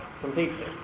completely